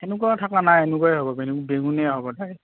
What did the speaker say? সেনেকুৱা থকা নাই এনেকুৱাই হ'ব বাইদেউ বেঙুনীয়া হ'ব